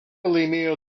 laimėjo